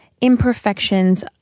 imperfections